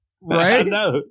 right